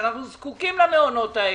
שאנחנו זקוקים למעונות האלה,